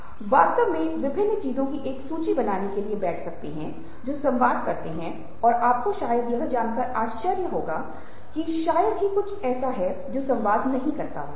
आप वास्तव में विभिन्न चीजों की एक सूची बनाने के लिए बैठ सकते हैं जो संवाद करते हैं और आपको शायद यह जानकर आश्चर्य होगा कि शायद ही ऐसा कुछ हो जो संवाद न करता हो